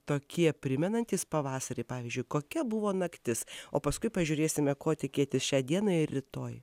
tokie primenantys pavasarį pavyzdžiui kokia buvo naktis o paskui pažiūrėsime ko tikėtis šiai dienai ir rytoj